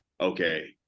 okay